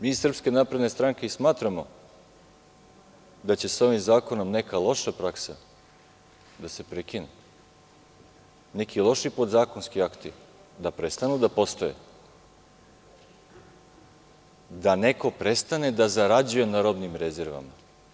Mi iz SNS smatramo da će se ovim zakonom neka loša praksa prekinuti, kao i neki loši podzakonski akti da prestanu da postoje, da neko prestane da zarađuje na robnim rezervama.